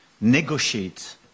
negotiate